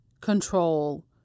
control